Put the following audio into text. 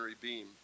beam